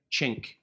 chink